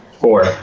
Four